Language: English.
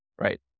right